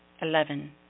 Eleven